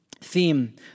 theme